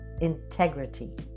Integrity